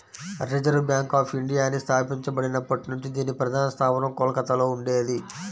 reserve bank of ఇండియాని స్థాపించబడినప్పటి నుంచి దీని ప్రధాన స్థావరం కోల్కతలో ఉండేది